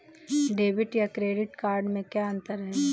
Debit या credit card में क्या अन्तर है?